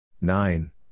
Nine